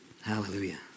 Hallelujah